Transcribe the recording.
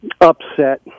upset